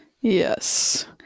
Yes